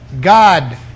God